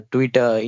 Twitter